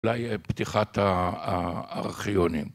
אולי פתיחת הארכיונים.